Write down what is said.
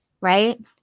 right